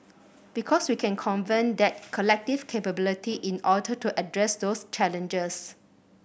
because we can convene that collective capability in order to address those challenges